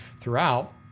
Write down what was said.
throughout